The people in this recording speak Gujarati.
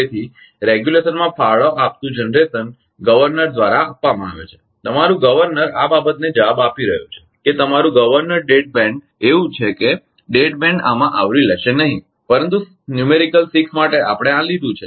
તેથી નિયમનમાં ફાળો આપતું ઉત્પાદન ગર્વનર દ્વારા આપવામાં આવે છે તમારુ ગર્વનર આ બાબતને જવાબ આપી રહ્યું છે કે તમારું ગર્વનર ડેડ બેન્ડ એવું છે કે ડેડ બેન્ડ આમાં આવરી લેશે નહીં પરંતુ સંખ્યાત્મક 6 માટે આપણે આ લીધું છે